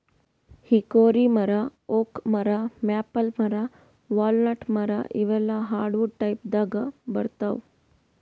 hickory ಮರಾ oak ಮರಾ maple ಮರಾ ವಾಲ್ನಟ್ ಮರಾ ಇವೆಲ್ಲಾ ಹಾರ್ಡವುಡ್ ಟೈಪ್ದಾಗ್ ಬರ್ತಾವ್